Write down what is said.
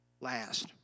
last